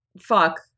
fuck